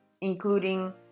including